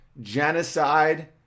genocide